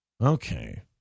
Okay